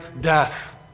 death